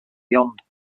beyond